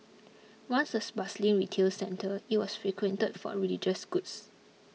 once a bustling retail centre it was frequented for religious goods